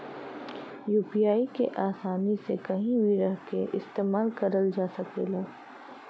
UPI के आसानी से कहीं भी रहके इस्तेमाल करल जा सकला